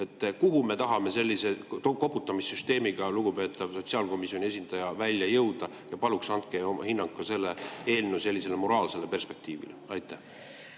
Kuhu me tahame sellise koputamissüsteemiga, lugupeetav sotsiaalkomisjoni esindaja, välja jõuda? Palun andke oma hinnang ka selle eelnõu moraalsele perspektiivile. Aitäh!